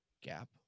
gap